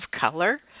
color